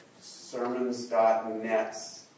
sermons.net